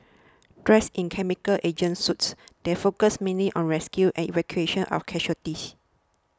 dressed in chemical agent suits they focused mainly on rescue and evacuation of casualties